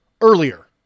earlier